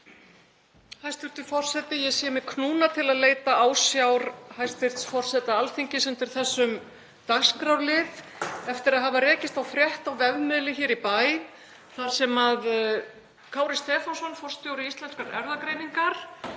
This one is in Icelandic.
Hæstv. forseti. Ég sé mig knúna til að leita ásjár hæstv. forseta Alþingis undir þessum dagskrárlið eftir að hafa rekist á frétt á vefmiðli hér í bæ þar sem Kári Stefánsson, forstjóri Íslenskrar erfðagreiningar,